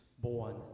born